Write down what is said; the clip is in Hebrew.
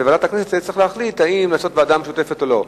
וועדת הכנסת תצטרך להחליט אם לעשות ועדה משותפת או לא.